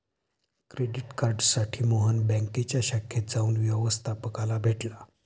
credit कार्डसाठी मोहन बँकेच्या शाखेत जाऊन व्यवस्थपकाला भेटला